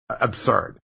absurd